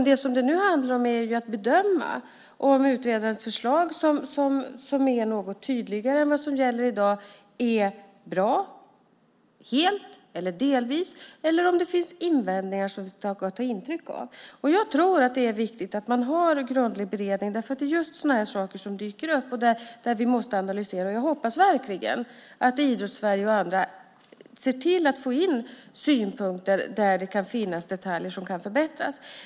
Det som det nu handlar om är att bedöma om utredarens förslag, som är något tydligare än vad som gäller i dag, är bra - helt eller delvis - eller om det finns invändningar som vi ska ta intryck av. Jag tror att det är viktigt att man har en grundlig beredning, för det är just sådana här saker som dyker upp och som vi måste analysera. Jag hoppas verkligen att Idrotts-Sverige och andra ser till att få in synpunkter på detaljer som kan förbättras.